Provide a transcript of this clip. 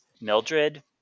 mildred